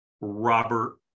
Robert